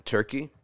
Turkey